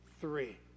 three